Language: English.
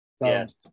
Yes